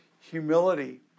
humility